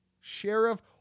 Sheriff